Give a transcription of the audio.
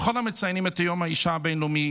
לכל המציינים את יום האישה הבין-לאומי,